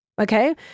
okay